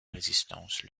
résistance